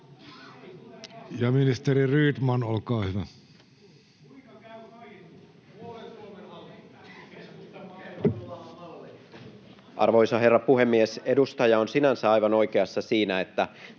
Ja ministeri Rydman, olkaa hyvä. Arvoisa herra puhemies! Edustaja on sinänsä aivan oikeassa siinä, että